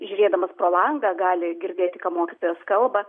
žiūrėdamas pro langą gali girdėti ką mokytojas kalba